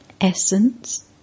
Essence